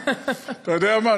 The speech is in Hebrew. אתה יודע מה?